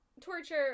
torture